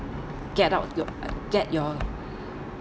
get out to get your